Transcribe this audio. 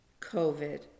COVID